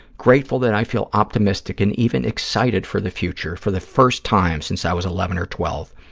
grateful that i feel optimistic and even excited for the future for the first time since i was eleven or twelve.